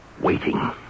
waiting